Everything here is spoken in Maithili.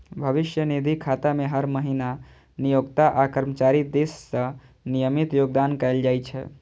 भविष्य निधि खाता मे हर महीना नियोक्ता आ कर्मचारी दिस सं नियमित योगदान कैल जाइ छै